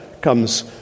comes